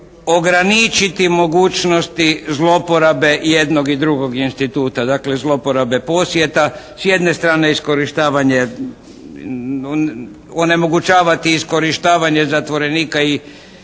ograničiti mogućnosti zloporabe jednog i drugog instituta. Dakle zloporabe posjeta. S jedne strane iskorištavanje, onemogućavati iskorištavanje zatvorenika i